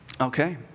Okay